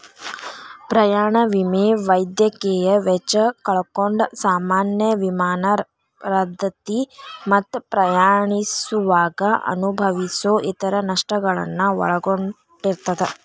ಪ್ರಯಾಣ ವಿಮೆ ವೈದ್ಯಕೇಯ ವೆಚ್ಚ ಕಳ್ಕೊಂಡ್ ಸಾಮಾನ್ಯ ವಿಮಾನ ರದ್ದತಿ ಮತ್ತ ಪ್ರಯಾಣಿಸುವಾಗ ಅನುಭವಿಸೊ ಇತರ ನಷ್ಟಗಳನ್ನ ಒಳಗೊಂಡಿರ್ತದ